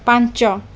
ପାଞ୍ଚ